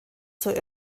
zur